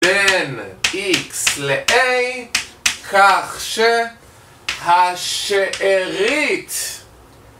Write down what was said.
בין X ל-A, כך שהשארית.